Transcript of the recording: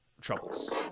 troubles